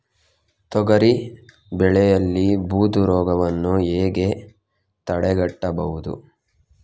ತೊಗರಿ ಬೆಳೆಯಲ್ಲಿ ಬೂದು ರೋಗವನ್ನು ಹೇಗೆ ತಡೆಗಟ್ಟಬಹುದು?